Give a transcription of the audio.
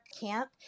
camp